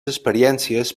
experiències